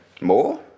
More